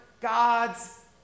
God's